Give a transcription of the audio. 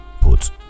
put